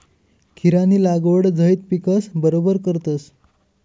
खीरानी लागवड झैद पिकस बरोबर करतस